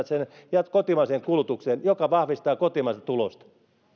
sen kotimaiseen kulutukseen mikä vahvistaa kotimaista tulosta